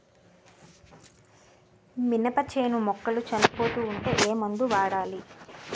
మినప చేను మొక్కలు చనిపోతూ ఉంటే ఏమందు వాడాలి?